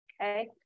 okay